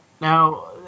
now